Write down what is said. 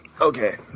Okay